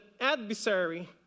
adversary